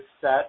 set